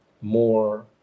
more